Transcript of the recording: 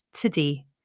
today